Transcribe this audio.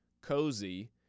cozy